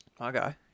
okay